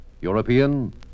European